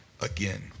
again